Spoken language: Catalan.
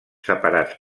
separats